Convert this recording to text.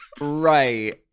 right